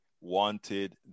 wanted